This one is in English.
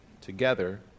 together